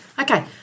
Okay